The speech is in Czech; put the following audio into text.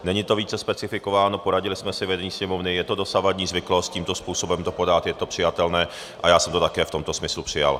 Není to více specifikováno, poradili jsme se s vedením Sněmovny, je to dosavadní zvyklost tímto způsobem to podat, je to přijatelné a já jsem to také v tomto smyslu přijal.